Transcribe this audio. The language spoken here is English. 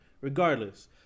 Regardless